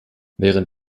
während